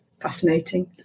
fascinating